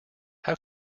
how